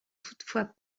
toutefois